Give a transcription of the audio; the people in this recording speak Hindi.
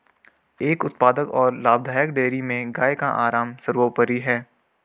एक उत्पादक और लाभदायक डेयरी में गाय का आराम सर्वोपरि है